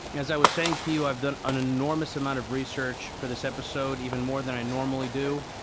as i was saying to you, i've done an enormous amount of research for this episode, even more than i normally do.